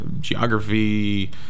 geography